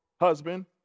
husband